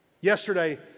Yesterday